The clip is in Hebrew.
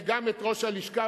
וגם את ראש הלשכה,